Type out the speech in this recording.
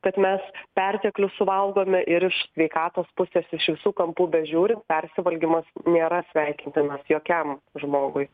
kad mes perteklių suvalgome ir iš sveikatos pusės iš visų kampų bežiūrint persivalgymas nėra sveikintinas jokiam žmogui